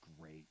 great